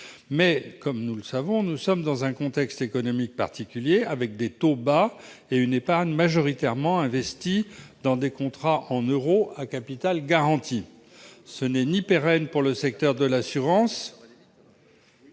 Toutefois- nous le savons -, nous sommes dans un contexte économique particulier, avec des taux bas et une épargne majoritairement investie dans des contrats en euros à capital garanti. Cette situation n'est ni pérenne pour le secteur de l'assurance,